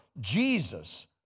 Jesus